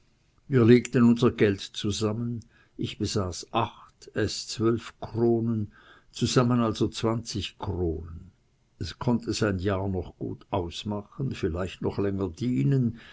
wir legten unser geld zusammen ich besaß acht es zwölf kronen zusammen also zwanzig kronen es konnte sein jahr noch gut ausmachen vielleicht noch länger dienen